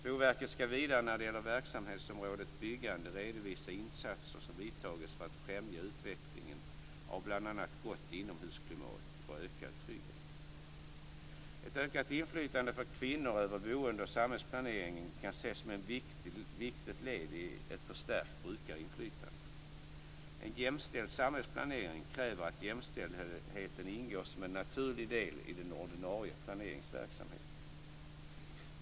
Boverket ska vidare när det gäller verksamhetsområdet byggande redovisa insatser som vidtagits för att främja utvecklingen av bl.a. gott inomhusklimat och ökad trygghet. Ett ökat inflytande för kvinnor över boende och samhällsplanering kan ses som ett viktigt led i ett förstärkt brukarinflytande. En jämställd samhällsplanering kräver att jämställdheten ingår som en naturlig del i den ordinarie planeringsverksamheten.